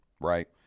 right